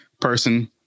person